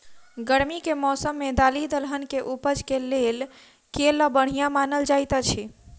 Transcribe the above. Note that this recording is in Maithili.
गर्मी केँ मौसम दालि दलहन केँ उपज केँ लेल केल बढ़िया मानल जाइत अछि?